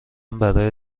برای